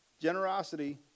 Generosity